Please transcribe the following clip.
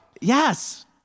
Yes